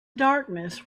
darkness